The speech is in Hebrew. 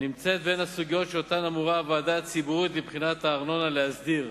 מהסוגיות שהוועדה הציבורית לבחינת הארנונה אמורה להסדיר.